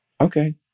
Okay